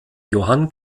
johann